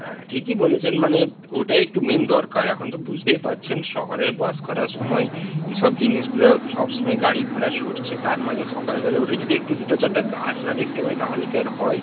হ্যাঁ ঠিকই বলেছেন মানে ওটাই একটু মেইন দরকার এখন তো বুঝতেই পারছেন শহরে বাস করার সময় এসব জিনিসগুলা সব সময় গাড়ি ঘোড়া ছুটছে তার মাঝে সকালবেলা উঠে যদি একটু দুটো চারটা গাছ না দেখতে পাই তাহলে কি আর হয়